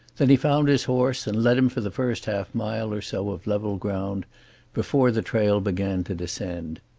then he found his horse and led him for the first half mile or so of level ground before the trail began to descend.